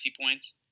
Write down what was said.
points